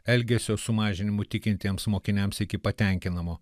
elgesio sumažinimu tikintiems mokiniams iki patenkinamo